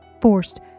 forced